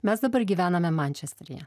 mes dabar gyvename mančesteryje